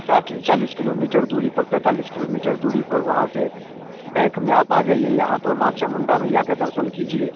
साथ ही चालीस किलोमीटर दूरी पर पैंतालीस किलोमीटर दूरी पर वहाँ से बैक में आप आ जाइए यहाँ पर माँ चमुंडा मैया के दर्शन कीजिए